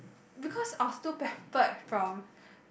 because I was too pampered from